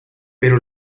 pero